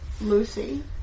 Lucy